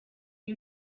you